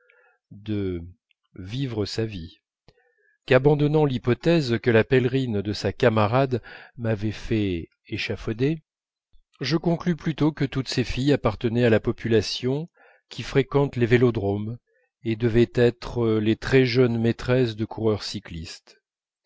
qu'abandonnant l'hypothèse que la pèlerine de sa camarade m'avait fait échafauder je conclus plutôt que toutes ces filles appartenaient à la population qui fréquente les vélodromes et devaient être les très jeunes maîtresses de coureurs cyclistes